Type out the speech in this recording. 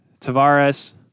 Tavares